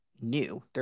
new